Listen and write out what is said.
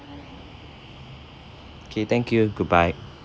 K thank you goodbye